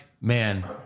man